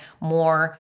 more